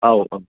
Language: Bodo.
औ औ